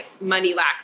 money-lack